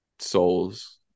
souls